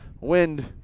Wind